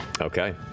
Okay